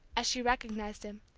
as she recognized him.